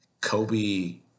Kobe –